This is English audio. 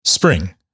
Spring